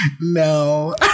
no